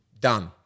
done